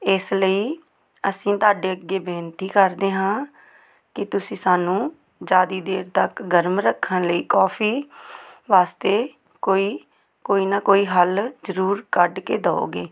ਇਸ ਲਈ ਅਸੀਂ ਤੁਹਾਡੇ ਅੱਗੇ ਬੇਨਤੀ ਕਰਦੇ ਹਾਂ ਕਿ ਤੁਸੀਂ ਸਾਨੂੰ ਜ਼ਿਆਦਾ ਦੇਰ ਤੱਕ ਗਰਮ ਰੱਖਣ ਲਈ ਕੋਫੀ ਵਾਸਤੇ ਕੋਈ ਕੋਈ ਨਾ ਕੋਈ ਹੱਲ ਜ਼ਰੂਰ ਕੱਢ ਕੇ ਦਿਓਗੇ